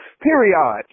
Period